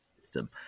system